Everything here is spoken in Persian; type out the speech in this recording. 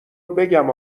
بگم